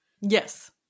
Yes